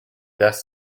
death